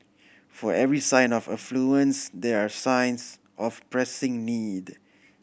for every sign of affluence there are signs of pressing need